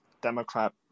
Democrat